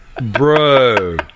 Bro